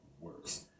works